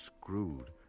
screwed